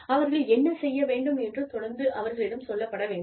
அவர்கள் என்ன செய்ய வேண்டும் என்று தொடர்ந்து அவர்களிடம் சொல்லப்பட வேண்டும்